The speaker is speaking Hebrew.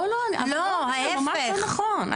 לא ממש לא נכון.